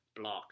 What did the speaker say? block